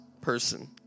person